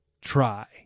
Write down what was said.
try